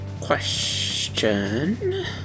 Question